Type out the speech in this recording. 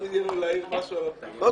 קביעת ועדות לדיון בהצעות החוק הבאות: א.